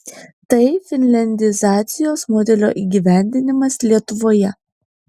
tai finliandizacijos modelio įgyvendinimas lietuvoje